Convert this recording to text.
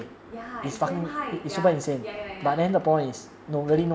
ya it's damn high their ya ya ya